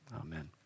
Amen